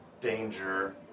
danger